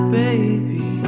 baby